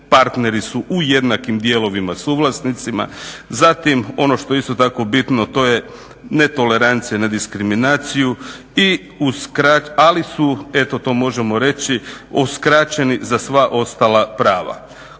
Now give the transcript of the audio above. partneri su u jednakim dijelovima suvlasnicima, zatim ono što je isto tako bitno, to je netolerancija na diskriminaciju ali su eto to možemo reći uskraćeni za sva ostala prava.